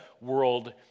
world